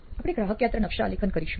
આપણે ગ્રાહક યાત્રા નકશા આલેખન કરીશું